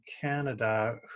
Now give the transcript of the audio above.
Canada